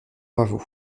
pavot